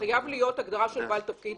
חייבת להיות הגדרה של בעל תפקיד